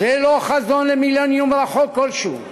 זה לא חזון למילניום רחוק כלשהו,